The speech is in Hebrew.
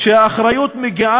שהאחריות מוטלת